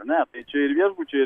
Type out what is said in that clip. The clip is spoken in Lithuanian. ar ne tai čia ir viešbučiai ir